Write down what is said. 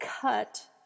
cut